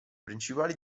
principali